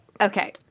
Okay